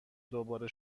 دوباره